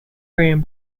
korean